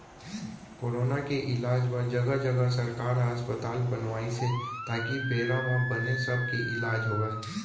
corona के इलाज बर जघा जघा सरकार ह अस्पताल बनवाइस हे ताकि बेरा म बने सब के इलाज होवय